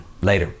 Later